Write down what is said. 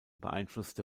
beeinflusste